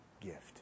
gift